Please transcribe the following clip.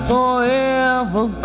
Forever